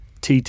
TT